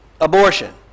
Abortion